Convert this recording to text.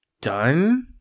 done